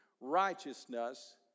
righteousness